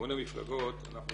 במימון המפלגות קודם כל,